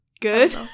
good